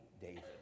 David